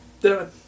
Done